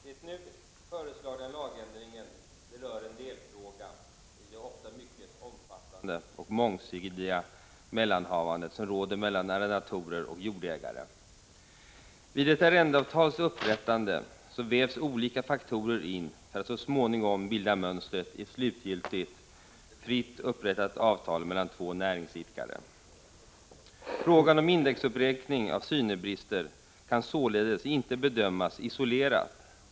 Herr talman! Den nu föreslagna lagändringen rör en delfråga i det ofta mycket omfattande och mångsidiga mellanhavande som råder mellan arrendator och jordägare. Vid ett arrendeavtals upprättande vävs olika faktorer in för att så småningom bilda mönstret i ett slutgiltigt, fritt upprättat avtal mellan två näringsidkare. Frågan om indexuppräkning av synebrister kan således inte bedömas isolerad.